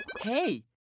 Hey